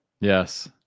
Yes